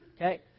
Okay